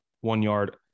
one-yard